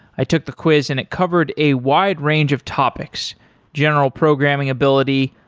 i took the quiz and it covered a wide range of topics general programming ability,